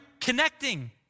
connecting